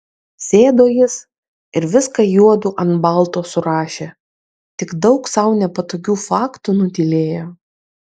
sėdo jis ir viską juodu ant balto surašė tik daug sau nepatogių faktų nutylėjo